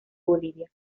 bolivia